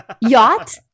Yacht